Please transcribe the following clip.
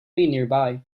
nearby